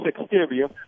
exterior